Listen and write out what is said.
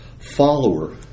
Follower